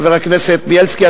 חבר הכנסת בילסקי,